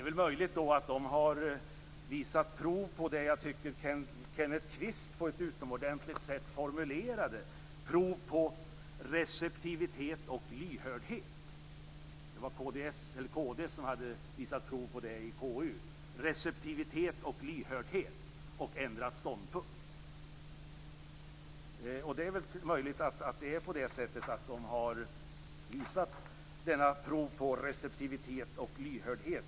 Det är möjligt att de har visat prov på det Kenneth Kvist på ett utomordentligt sätt formulerade, nämligen prov på receptivitet och lyhördhet. Det var kd som hade visat prov på det i KU, dvs. receptivitet och lyhördhet, och ändrat ståndpunkt. Det är möjligt att kristdemokraterna har visat detta prov på receptivitet och lyhördhet.